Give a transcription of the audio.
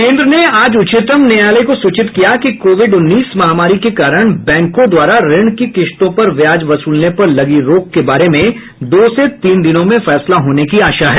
केंद्र ने आज उच्चतम न्यायालय को सूचित किया कि कोविड उन्नीस महामारी के कारण बैंकों द्वारा ऋण की किश्तों पर ब्याज वसूलने पर लगी रोक के बारे में दो से तीन दिनों में फैसला होने की आशा है